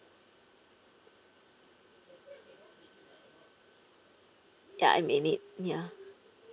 ya I may need ya